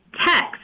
text